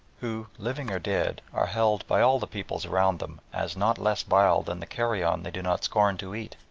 who, living or dead, are held by all the peoples around them as not less vile than the carrion they do not scorn to eat.